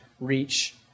reach